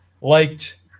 liked